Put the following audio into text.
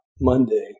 monday